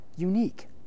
unique